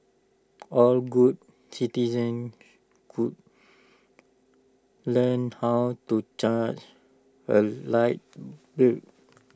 all good citizens could learn how to charge A light